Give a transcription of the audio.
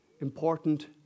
important